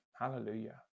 hallelujah